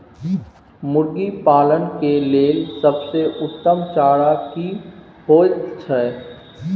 मुर्गी पालन के लेल सबसे उत्तम चारा की होयत छै?